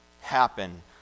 happen